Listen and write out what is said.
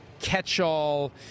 catch-all